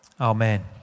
Amen